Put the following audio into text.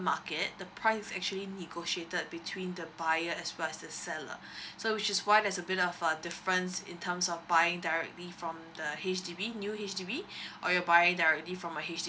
market the price is actually negotiated between the buyer as well as a seller so which is why there's a bit of a difference in terms of buying directly from the H_D_B new H_D_B or you buying directly from a H_D_B